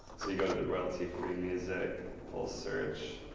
so you go to the royalty-free music full search